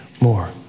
more